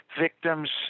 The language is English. victims